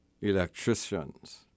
electricians